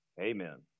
Amen